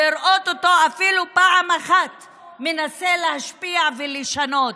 יראו אותו אפילו פעם אחת מנסה להשפיע ולשנות.